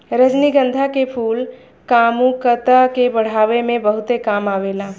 रजनीगंधा के फूल कामुकता के बढ़ावे में बहुते काम आवेला